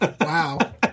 Wow